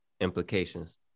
Implications